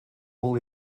will